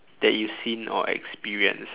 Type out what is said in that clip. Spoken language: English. that you've seen or experienced